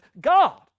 God